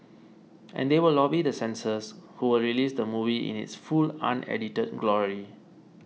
and they will lobby the censors who will release the movie in its full unedited glory